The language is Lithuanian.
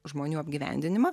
žmonių apgyvendinimą